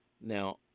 Now